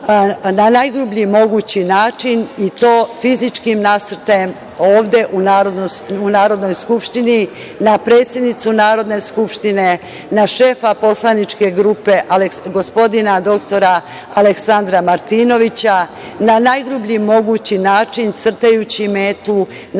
na najgrublji mogući način i to fizičkim nasrtajem ovde u Narodnoj skupštini, na predsednicu Narodne skupštine, na šefa poslaničke grupe gospodina dr Aleksandra Martinovića, na najgrublji mogući način crtajući metu na